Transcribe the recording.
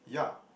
yeah